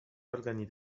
organi